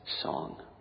song